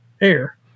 air